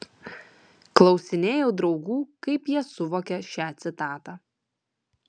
klausinėjau draugų kaip jie suvokia šią citatą